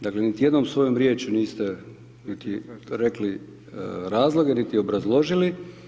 Dakle, niti jednom svojom riječju niste rekli razloge niti obrazložili.